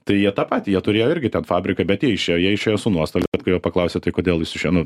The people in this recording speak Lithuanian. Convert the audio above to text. tai jie tą patį jie turėjo irgi ten fabriką bet jie išėjo jie išėjo su nuostata kad kai jo paklausė tai kodėl jis išėjo nu